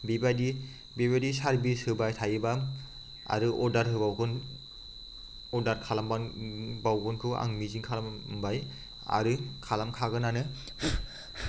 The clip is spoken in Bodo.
बेबायदि बेबायदि सार्भिस होबाय थायोब्ला आरो अर्डार होबावगोन अर्डार खालामबावगोनखौ आं मिजिं खालामबाय आरो खालामखागोनआनो